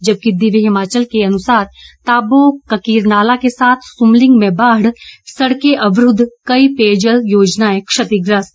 जबकि दिव्य हिमाचल के अनुसार ताबो ककिर नाला के साथ सुमलिंग में बाढ़ सड़कें अवरुद्ध कई पेयजल योजनाएं क्षतिग्रस्त